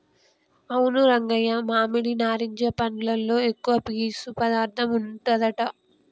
అవును రంగయ్య మామిడి నారింజ పండ్లలో ఎక్కువ పీసు పదార్థం ఉంటదట